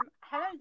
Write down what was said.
Hello